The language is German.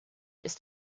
ist